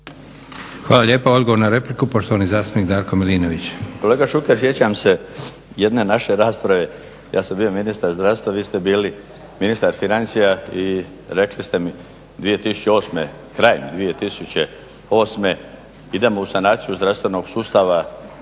vam lijepa. Odgovor na repliku, poštovani zastupnik Darko Milinović.